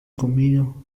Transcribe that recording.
comido